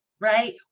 right